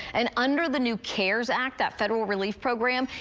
and under the new cares act that federal relief program,